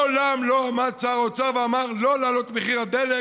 לעולם לא עמד שר האוצר ואמר: לא להעלות את מחיר הדלק.